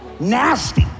Nasty